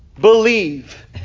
Believe